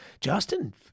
Justin